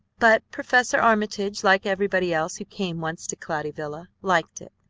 but professor armitage, like everybody else who came once to cloudy villa, liked it,